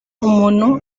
umuntu